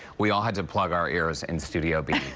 we all had to plug our ears in studio b.